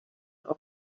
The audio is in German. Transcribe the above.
auf